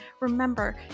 remember